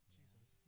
Jesus